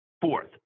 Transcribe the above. Fourth